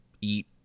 eat